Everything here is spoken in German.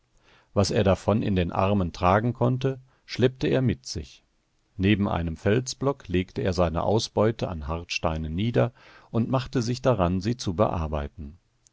was er davon in den armen tragen konnte schleppte er mit sich neben einem felsblock legte er seine ausbeute an hartsteinen nieder und machte sich daran sie zu bearbeiten